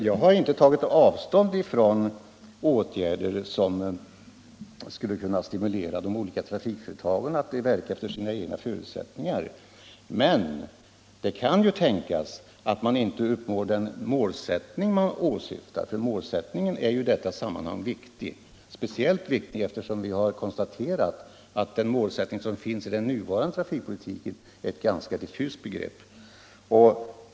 Jag har inte tagit avstånd från åtgärder som skulle kunna stimulera de olika trafikföretagen att verka efter sina egna förutsättningar, men det kan tänkas att vi då inte uppnår de mål vi åsyftat. Och målsättningen är ju i detta sammanhang speciellt viktig eftersom den målsättning som finns i den nuvarande trafikpolitiken är ganska svävande.